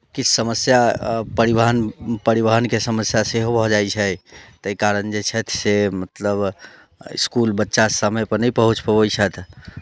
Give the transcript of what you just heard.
किछु समस्या परिवहन परिवहनके समस्या सेहो भऽ जाइत छै ताहि कारण जे छथि से मतलब इसकुल बच्चा समयपर नहि पहुँच पबैत छथि